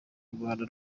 rwanda